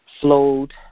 flowed